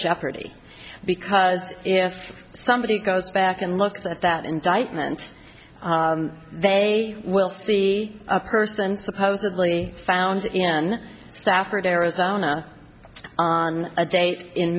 jeopardy because if somebody goes back and looks at that indictment they will be a person supposedly found in safford arizona on a date in